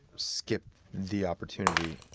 skip the opportunity.